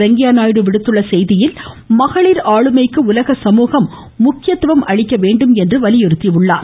வெங்கையா நாயுடு விடுத்துள்ள செய்தியில் மகளிர் ஆளுமைக்கு உலக சமூகம் முக்கியத்துவம் அளிக்க வேண்டும் என்று வலியுறுத்தியுனார்